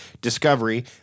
Discovery